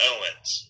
Owens